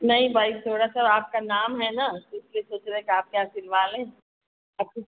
नहीं भाई थोड़ा सा आपका नाम है ना तो इसलिए सोच रहे हैं कि आपके यहाँ सिलवा लें और फिर